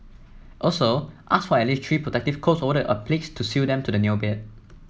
also ask for at least three protective coats over the appliques to seal them to the nail bed